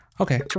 okay